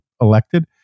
elected